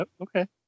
Okay